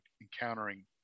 encountering